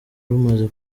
rumaze